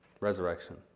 resurrection